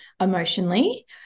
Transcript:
emotionally